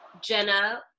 Jenna